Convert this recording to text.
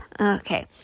Okay